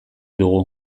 dugu